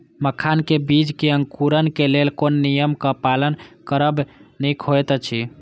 मखानक बीज़ क अंकुरन क लेल कोन नियम क पालन करब निक होयत अछि?